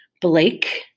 Blake